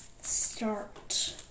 Start